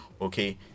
okay